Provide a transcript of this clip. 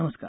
नमस्कार